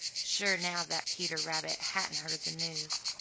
sure now that peter rabbit hadn't heard the news.